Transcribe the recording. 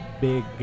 big